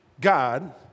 God